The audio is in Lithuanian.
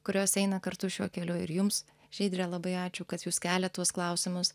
kurios eina kartu šiuo keliu ir jums žydre labai ačiū kad jūs keliat tuos klausimus